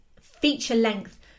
feature-length